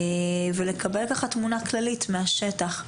ולקבל תמונה כללית מהשטח.